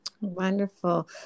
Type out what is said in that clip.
Wonderful